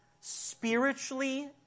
spiritually